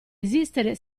esistere